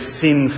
sin